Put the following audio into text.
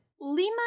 Lima